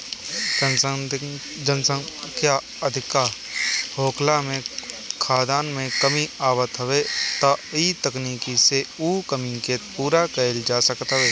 जनसंख्या अधिका होखला से खाद्यान में कमी आवत हवे त इ तकनीकी से उ कमी के पूरा कईल जा सकत हवे